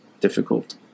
difficult